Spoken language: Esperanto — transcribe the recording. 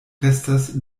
restas